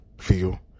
feel